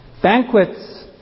Banquets